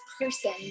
person